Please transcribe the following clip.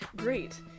Great